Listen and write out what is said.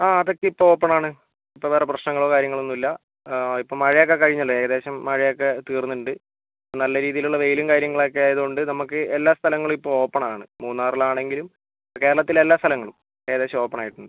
ആ ട്രെക്ക് ഇപ്പോൾ ഓപ്പൺ ആണ് ഇപ്പോൾ വേറെ പ്രശ്നങ്ങളോ കാര്യങ്ങളൊന്നുമില്ല ഇപ്പോൾ മഴയൊക്കെ കഴിഞ്ഞില്ലേ ഏകദേശം മഴയൊക്കെ തീർന്നിട്ടുണ്ട് നല്ല രീതിയിലുള്ള വെയിലും കാര്യങ്ങളൊക്കെ ആയതുകൊണ്ട് നമുക്ക് എല്ലാ സ്ഥലങ്ങളും ഇപ്പോൾ ഓപ്പൺ ആണ് മൂന്നാറിലാണെങ്കിലും കേരളത്തിലെ എല്ലാ സ്ഥലങ്ങളും ഏകദേശം ഓപ്പൺ ആയിട്ടുണ്ട്